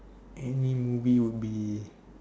any movie would be